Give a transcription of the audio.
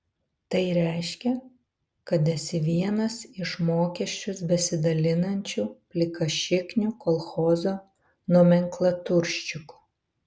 tai reiškia kad esi vienas iš mokesčius besidalinančių plikašiknių kolchozo nomenklaturščikų